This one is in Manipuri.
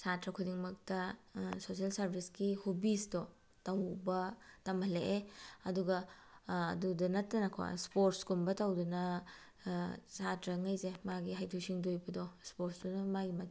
ꯁꯥꯇ꯭ꯔ ꯈꯨꯗꯤꯡꯃꯛꯇ ꯁꯣꯁꯦꯜ ꯁꯔꯚꯤꯁꯀꯤ ꯍꯣꯕꯤꯁꯇꯣ ꯇꯧꯕ ꯇꯝꯍꯜꯂꯛꯑꯦ ꯑꯗꯨꯒ ꯑꯗꯨꯗ ꯅꯠꯇꯅꯀꯣ ꯏꯁꯄꯣꯔꯠꯁꯀꯨꯝꯕ ꯇꯧꯗꯅ ꯁꯥꯇ꯭ꯔꯈꯩꯁꯦ ꯃꯥꯒꯤ ꯍꯩꯊꯣꯏ ꯁꯤꯡꯊꯣꯏꯕꯗꯣ ꯏꯁꯄꯣꯔꯠꯁꯇꯨꯗ ꯃꯥꯏ